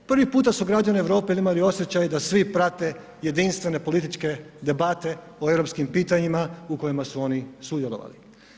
Prvi puta su građani Europe imali osjećaj da svi prate jedinstvene političke debate o europskim pitanjima u kojima su oni sudjelovali.